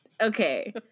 Okay